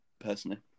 personally